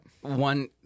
one